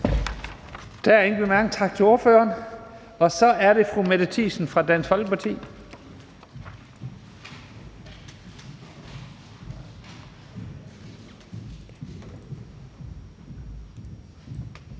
Tak til ordføreren. Så er det fru Mette Thiesen fra Dansk Folkeparti.